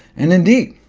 and indeed,